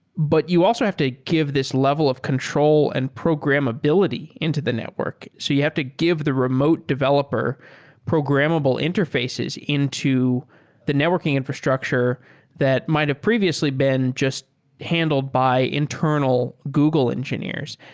but you also have to give this level of control and programmability into the network. so you have to give the remote developer programmable interfaces into the networking infrastructure that might have previously been just handled by internal google engineers.